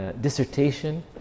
dissertation